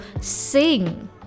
sing